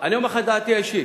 אני אומר לך את דעתי האישית,